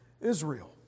Israel